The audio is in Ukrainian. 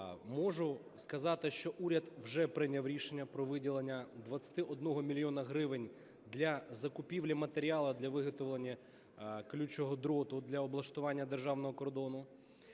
Можу сказати, що уряд вже прийняв рішення про виділення 21 мільйона гривень для закупівлі матеріалу для виготовлення колючого дроту для облаштування державного кордону.